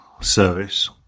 service